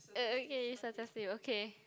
uh okay you suggest me okay